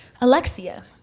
alexia